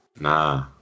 Nah